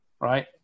right